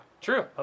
True